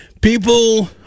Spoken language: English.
People